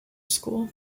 school